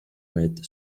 red